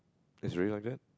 it's really like that